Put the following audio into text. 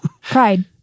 pride